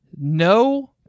no